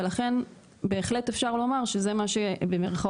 ולכן בהחלט אפשר לומר שזה מה ש"מציל"